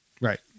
Right